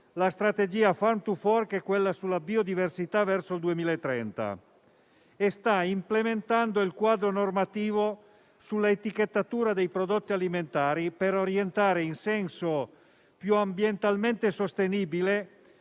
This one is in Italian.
la strategia Farm to fork e quella per la biodiversità al 2030, e sta implementando il quadro normativo sull'etichettatura dei prodotti alimentari per orientare in senso più ambientalmente sostenibile